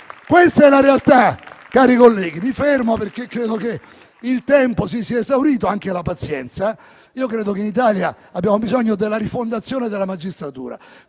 Questa è la realtà, cari colleghi. Mi fermo, perché credo che il tempo si sia esaurito, e anche la pazienza. Io credo che in Italia abbiamo bisogno della rifondazione della magistratura,